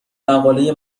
مقاله